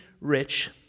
rich